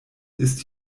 ist